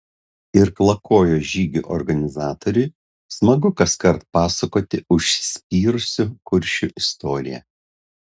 irklakojo žygių organizatoriui smagu kaskart pasakoti užsispyrusių kuršių istoriją